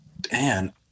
Dan